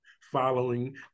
following